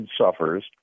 suffers